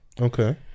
Okay